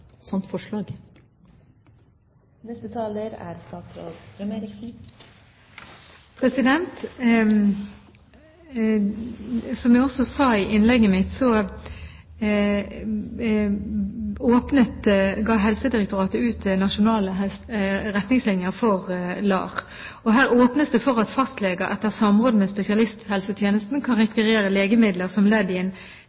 Som jeg også sa i innlegget mitt, ga Helsedirektoratet ut nasjonale retningslinjer for LAR. Her åpnes det for at fastleger i samråd med spesialisthelsetjenesten kan